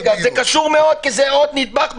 זה קשור מאוד, כי זה עוד נדבך בזלזול.